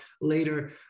later